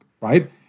right